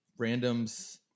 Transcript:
randoms